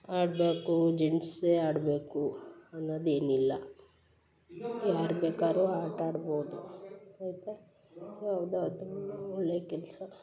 ಆಡಬೇಕು ಜೇಂಟ್ಸೇ ಆಡಬೇಕು ಅನ್ನೊದೇನಿಲ್ಲ ಯಾರು ಬೇಕಾದ್ರು ಆಟಾಡ್ಬೋದು ಯಾವುದಾದ್ರೂ ಒಳ್ಳೆಯ ಕೆಲಸ